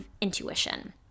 intuition